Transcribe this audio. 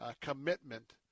commitment